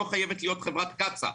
זו לא חייבת להיות חברת קצא"א,